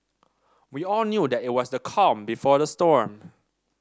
we all knew that it was the calm before the storm